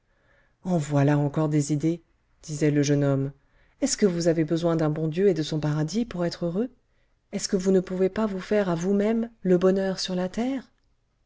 en voilà encore des idées disait le jeune homme est-ce que vous avez besoin d'un bon dieu et de son paradis pour être heureux est-ce que vous ne pouvez pas vous faire à vous-mêmes le bonheur sur la terre